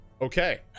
okay